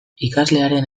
ikaslearen